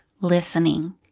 listening